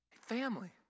family